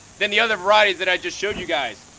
than the other varieties that i just showed you guys.